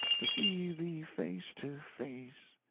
to see thee face to face.